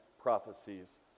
prophecies